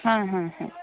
ಹಾಂ ಹಾಂ ಹಾಂ